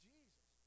Jesus